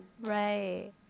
Right